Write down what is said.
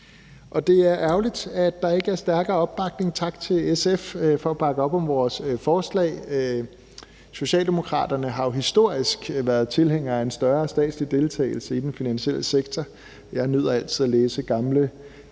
Det er ærgerligt, at der ikke er stærkere opbakning. Tak til SF for at bakke op om vores forslag. Socialdemokraterne har jo historisk være tilhængere af en større statslig deltagelse i den finansielle sektor. Jeg nyder altid at læse gamle